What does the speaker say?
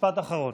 משפט אחרון.